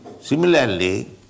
Similarly